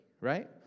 right